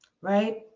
Right